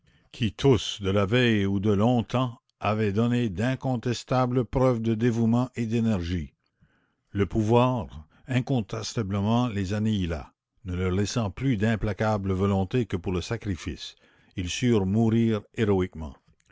qui tous de la veille ou de long temps avaient donné d'incontestables preuves de dévouement et d'énergie le pouvoir incontestablement les annihila ne leur laissant plus d'implacable volonté que pour le sacrifice ils surent mourir héroïquement